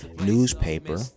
newspaper